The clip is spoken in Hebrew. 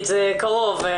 בסיכון.